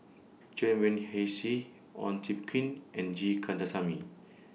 Chen Wen Hsi Ong Tjoe Kim and G Kandasamy